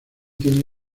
tiene